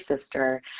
sister